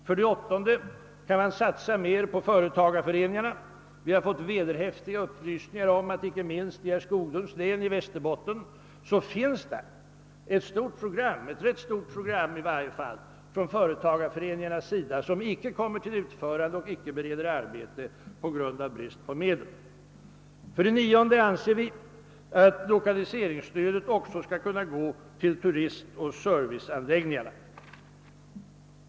För det åttonde bör man satsa mer på företagareföreningarna. Vi har fått vederhäftiga upplysningar om att det inte minst i herr Skoglunds län Västerbotten finns ett rätt stort program från företagareföreningarna som inte kommit till utförande och inte bereder arbete på grund av brist på medel. För det nionde anser vi att lokaliseringsstödet också skall kunna gå till turistoch serviceanläggningarna.